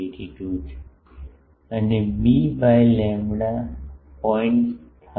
8382 છે અને b by lambda 0